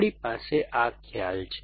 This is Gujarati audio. આપણી પાસે આ ખ્યાલ છે